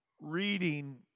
reading